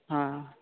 ହଁ